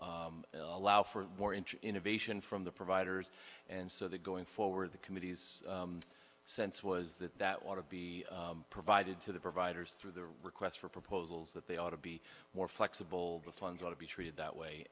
allow for more in innovation from the providers and so that going forward the committees sense was that that want to be provided to the providers through the requests for proposals that they ought to be more flexible the funds ought to be treated that way